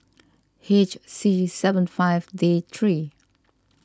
H C seven five D three